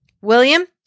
William